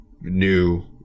new